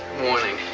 morning.